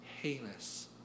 heinous